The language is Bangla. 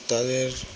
তাদের